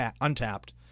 untapped